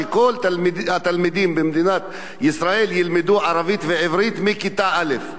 כל התלמידים במדינת ישראל ילמדו ערבית ועברית מכיתה א'.